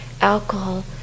alcohol